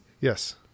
Yes